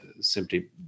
simply